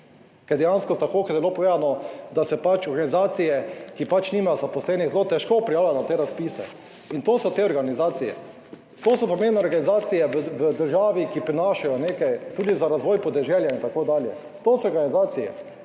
ker dejansko, tako kot je bilo povedano, da se pač organizacije, ki pač nimajo zaposlenih, zelo težko prijavljajo na te razpise in to so te organizacije. To so / nerazumljivo/ organizacije v državi, ki prinašajo nekaj, tudi za razvoj podeželja, itd. To so organizacije,